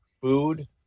food